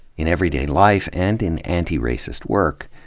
in everyday life and in antiracist work,